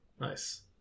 Nice